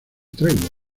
tregua